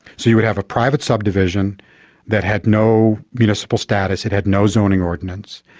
so you would have a private subdivision that had no municipal status, it had no zoning ordinance,